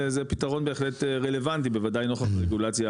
זה זה פתרון בהחלט רלוונטי בוודאי נוכח רגולציה